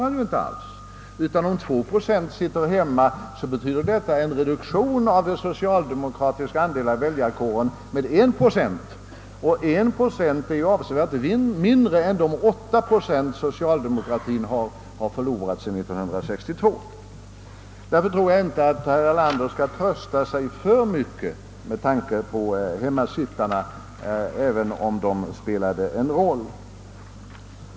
Det är ju inte alls fallet, utan om 2 procent sitter hemma så betyder detta en reducering av den socialdemokratiska andelen i väljarkåren med 1 procent — och 1 procent är ju avsevärt mindre än de 8 procent som socialdemokratien har förlorat sedan 1962. Därför bör nog inte herr Erlander trösta sig alltför mycket med tanken på hemmasittarna även om de spelade en roll.